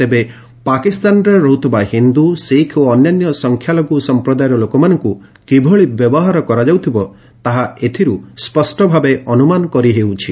ତେବେ ପାକିସ୍ତାନରେ ରହୁଥିବା ହିନ୍ଦୁ ଶିଖ୍ ଓ ଅନ୍ୟାନ୍ୟ ସଂଖ୍ୟାଲଘୁ ସମ୍ପ୍ରଦାୟର ଲୋକମାନଙ୍କୁ କିଭଳି ବ୍ୟବହାର କରାଯାଉଥିବ ତାହା ଏଥିରୁ ସ୍ୱଷ୍ଟଭାବେ ଅନୁମାନ କରିହେଉଛି